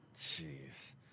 Jeez